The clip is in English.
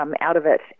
out-of-it